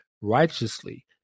righteously